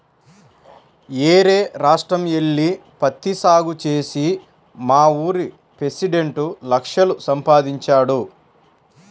యేరే రాష్ట్రం యెల్లి పత్తి సాగు చేసి మావూరి పెసిడెంట్ లక్షలు సంపాదించాడు